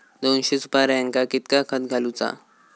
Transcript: दोनशे सुपार्यांका कितक्या खत घालूचा?